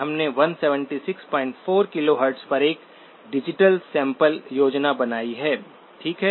हमने 1764 किलोहर्ट्ज़ पर एक डिजिटल सैंपल योजना बनाई है ठीक है